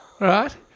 right